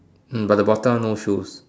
hmm but the bottom one no shoes